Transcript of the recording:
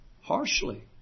harshly